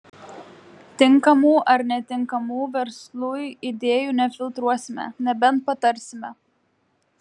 tinkamų ar netinkamų verslui idėjų nefiltruosime nebent patarsime